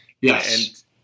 Yes